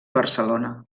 barcelona